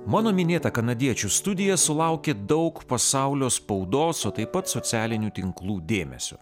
mano minėta kanadiečių studija sulaukė daug pasaulio spaudos o taip pat socialinių tinklų dėmesio